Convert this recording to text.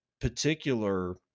particular